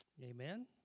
Amen